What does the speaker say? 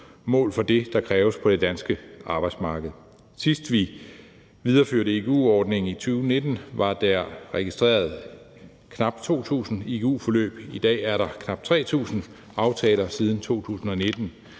mål for det, der kræves på det danske arbejdsmarked. Sidst vi videreførte igu-ordningen i 2019 var der registreret knap 2.000 igu-forløb. I dag er der registreret knap 3.000 aftaler siden 2019.